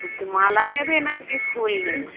কি মালা নেবে না এমনি ফুল নেবে